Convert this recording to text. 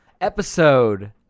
episode